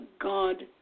God